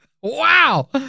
wow